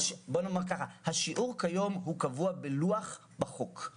השיעור כיום הוא קבוע בלוח בחוק,